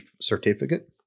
certificate